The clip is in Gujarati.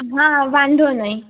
હા વાંધો નહીં